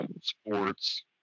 sports